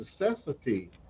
necessity